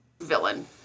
villain